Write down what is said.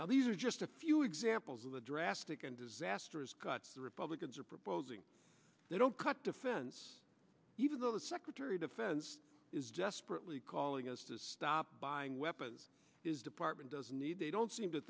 now these are just a few examples of the drastic and disastrous cuts the republicans are proposing they don't cut defense even though the secretary of defense is desperately calling us to stop buying weapons is department doesn't need they don't seem to